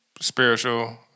spiritual